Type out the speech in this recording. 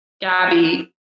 Gabby